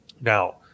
Now